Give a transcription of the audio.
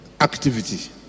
activity